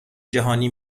جهانی